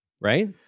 right